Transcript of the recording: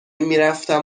میرفتم